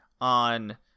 on